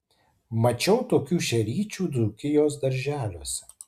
mačiau tokių šeryčių dzūkijos darželiuose